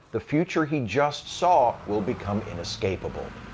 the future he just saw will become inescapable.